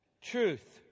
truth